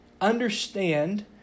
understand